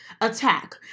attack